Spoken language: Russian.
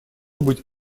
быть